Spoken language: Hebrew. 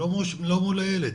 לא מול הילד.